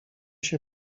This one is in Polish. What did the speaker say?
się